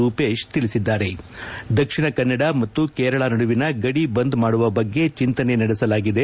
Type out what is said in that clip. ರೂಪೇಶ್ ತಿಳಿಸಿದ್ದಾರೆ ದಕ್ಷಿಣ ಕನ್ನಡ ಮತ್ತು ಕೇರಳ ನಡುವಿನ ಗಡಿ ಬಂದ್ ಮಾಡುವ ಬಗ್ಗೆ ಚೆಂತನೆ ನಡೆಸಲಾಗಿದೆ